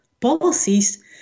policies